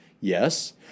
Yes